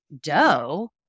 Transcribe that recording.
dough